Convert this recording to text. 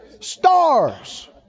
stars